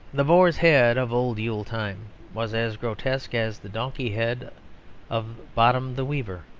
the boar's head of old yule-time was as grotesque as the donkey's head of bottom the weaver.